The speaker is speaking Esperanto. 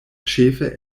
ĉefe